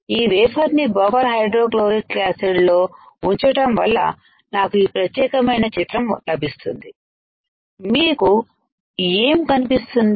ఈ వేఫర్ నిబఫర్ hydrochloric acid లో ఉంచటం వల్ల నాకు ఈ ప్రత్యేకమైన చిత్రం లభిస్తుంది మీకు ఏం కనిపిస్తుంది